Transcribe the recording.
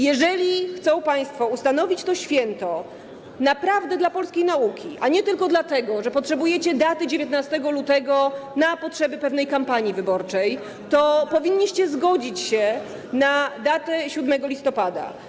Jeżeli chcą państwo ustanowić to święto naprawdę dla polskiej nauki, a nie tylko dlatego że potrzebujecie daty 19 lutego na potrzeby pewnej kampanii wyborczej, to powinniście zgodzić się na datę 7 listopada.